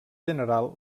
general